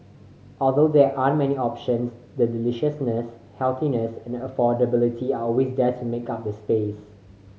although there aren't many options the deliciousness healthiness and affordability are always there to make up the space